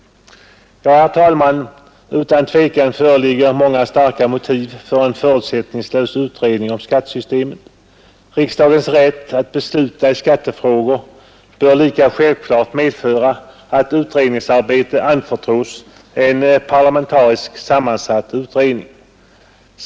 Herr talman! Utan tvekan föreligger många starka motiv för en förutsättningslös utredning av skattesystemet. Riksdagens rätt att besluta i skattefrågor bör lika självklart medföra att utredningsarbetet anförtros en parlamentariskt sammansatt utredning.